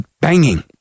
banging